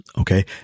Okay